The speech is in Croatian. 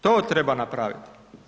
To treba napraviti.